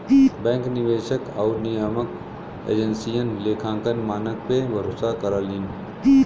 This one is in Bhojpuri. बैंक निवेशक आउर नियामक एजेंसियन लेखांकन मानक पे भरोसा करलीन